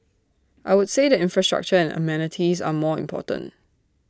I would say the infrastructure and amenities are more important